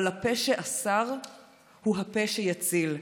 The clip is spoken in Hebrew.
אבל הפה שאסר הוא הפה שיציל.